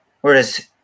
whereas